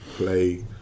play